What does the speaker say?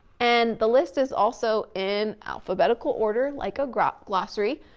and the list is also in alphabetical order, like a graph glossary.